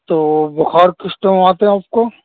تو بخار کس ٹائم آتا ہے آپ کو